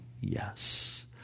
yes